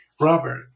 Robert